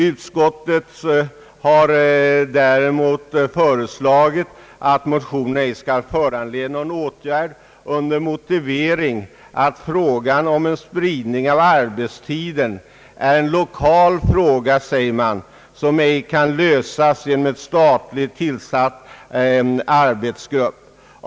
Utskottet föreslår dock att motionen ej skall föranleda någon riksdagens åtgärd under motivering att frågan om en spridning av arbetstiden är en lokal angelägenhet som ej kan lösas genom en statligt tillsatt arbetsgrupp.